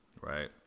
right